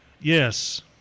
Yes